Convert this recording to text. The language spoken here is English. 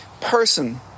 person